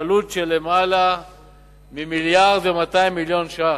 בעלות של למעלה מ-1.2 מיליארד שקלים.